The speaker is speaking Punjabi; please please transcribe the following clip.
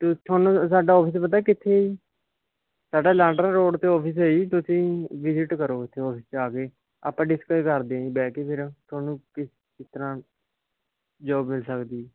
ਤ ਤੁਹਾਨੂੰ ਸਾਡਾ ਔਫਿਸ ਪਤਾ ਕਿੱਥੇ ਹੈ ਜੀ ਸਾਡਾ ਲਾਡਰਾਂ ਰੋਡ 'ਤੇ ਔਫਿਸ ਹੈ ਜੀ ਤੁਸੀਂ ਵਿਜ਼ੀਟ ਕਰੋ ਉੱਥੇ ਔਫਿਸ 'ਚ ਆ ਕੇ ਆਪਾਂ ਡਿਸਕਸ ਕਰਦੇ ਹਾਂ ਜੀ ਬਹਿ ਕੇ ਫਿਰ ਤੁਹਾਨੂੰ ਕਿਸ ਕਿਸ ਤਰ੍ਹਾਂ ਜੋਬ ਮਿਲ ਸਕਦੀ ਹੈ